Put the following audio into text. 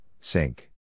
sink